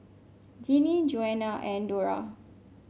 Jeanie Joanna and Dora